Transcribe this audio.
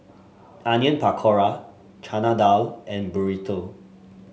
Onion Pakora Chana Dal and Burrito